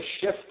shift